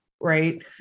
Right